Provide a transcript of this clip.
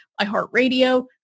iHeartRadio